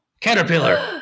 Caterpillar